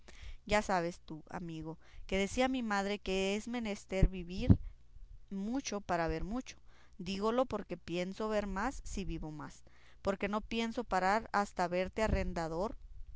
ya sabes tú amigo que decía mi madre que era menester vivir mucho para ver mucho dígolo porque pienso ver más si vivo más porque no pienso parar hasta verte arrendador